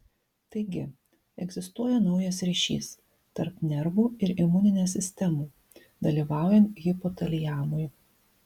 taigi egzistuoja naujas ryšys tarp nervų ir imuninės sistemų dalyvaujant hipotaliamui